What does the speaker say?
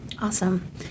Awesome